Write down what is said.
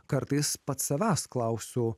kartais pats savęs klausiu